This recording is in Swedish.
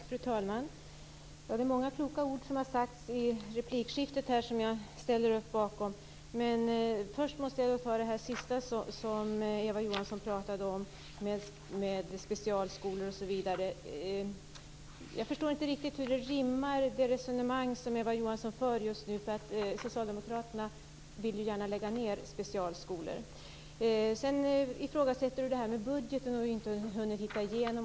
Fru talman! Det är många kloka ord som har sagts i replikskiftet här och som jag ställer mig bakom. Jag måste dock kommentera det som Eva Johansson senast tog upp om specialskolor osv. Jag förstår inte riktigt hur det resonemang som Eva Johansson just nu för rimmar med annat. Socialdemokraterna vill ju gärna lägga ned specialskolor. Vidare ifrågasätter Eva Johansson det här med budgeten och hänvisar till att hon inte hunnit leta igenom.